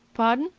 pardon?